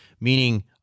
meaning